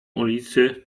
ulicy